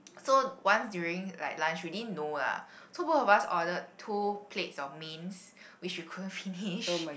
so once during like lunch we didn't know lah so both of us order two plates of mains which we couldn't finish